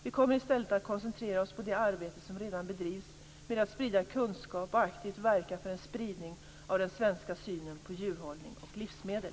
Vi kommer i stället att koncentrera oss på det arbete som redan bedrivs med att sprida kunskap och aktivt verka för en spridning av den svenska synen på djurhållning och livsmedel.